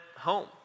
home